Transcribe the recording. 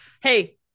hey